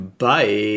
Bye